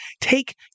take